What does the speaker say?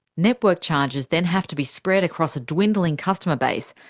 network charges then have to be spread across a dwindling customer base,